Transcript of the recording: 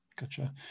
Gotcha